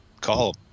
call